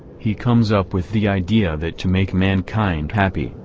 he comes up with the idea that to make mankind happy,